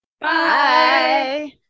bye